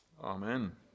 Amen